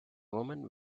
woman